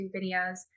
videos